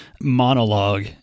monologue